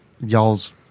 Y'all's